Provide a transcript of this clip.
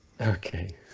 Okay